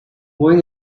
going